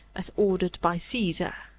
as ordered by caesar.